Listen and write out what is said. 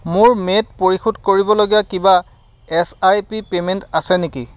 মোৰ মে'ত পৰিশোধ কৰিবলগীয়া কিবা এছ আই পি পে'মেণ্ট আছে নেকি